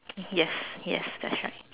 yes yes that's right